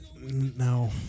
no